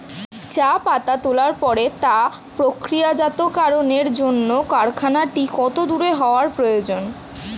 চা পাতা তোলার পরে তা প্রক্রিয়াজাতকরণের জন্য কারখানাটি কত দূর হওয়ার প্রয়োজন?